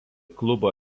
klubo